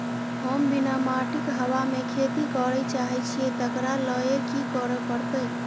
हम बिना माटिक हवा मे खेती करय चाहै छियै, तकरा लए की करय पड़तै?